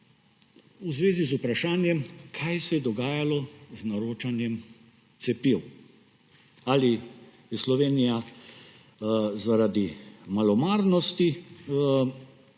v zvezi z vprašanjem, kaj se je dogajalo z naročanjem cepiv. Ali je Slovenija zaradi malomarnosti